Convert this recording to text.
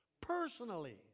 personally